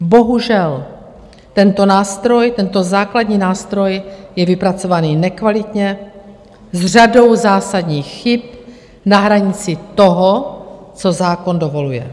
Bohužel, tento nástroj, tento základní nástroj, je vypracovaný nekvalitně, s řadou zásadních chyb na hranici toho, co zákon dovoluje.